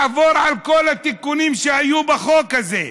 לעבור על כל התיקונים שהיו בחוק הזה,